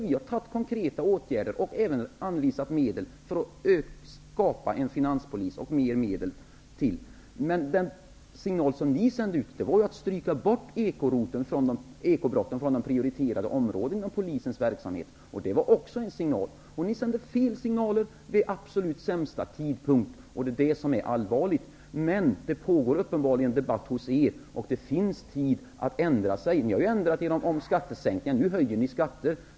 Vi har föreslagit konkreta åtgärder och även anvisat medel för inrättandet av en finanspolis. Den signal ni sände ut innebar att eko-brotten inte skulle prioriteras inom polisens verksamhet. Det var också en signal. Ni sände fel signaler vid absolut sämsta tidpunkt, och det är allvarligt. Det pågår upppenbarligen debatt hos er, och det finns tid att ändra sig. Ni har ju ändrat er om skattesänkningen -- nu höjer ni skatter.